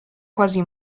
quasi